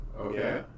Okay